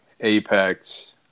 Apex